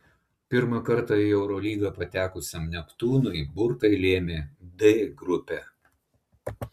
pirmą kartą į eurolygą patekusiam neptūnui burtai lėmė d grupę